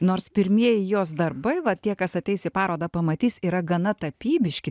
nors pirmieji jos darbai va tie kas ateis į parodą pamatys yra gana tapybiški